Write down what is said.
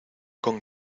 con